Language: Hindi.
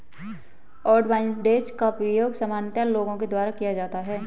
अवॉइडेंस का प्रयोग सामान्यतः लोगों द्वारा किया जाता है